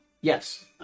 Yes